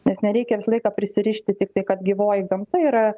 nes nereikia visą laiką prisirišti tiktai kad gyvoji gamta yra